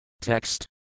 Text